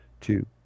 two